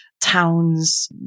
towns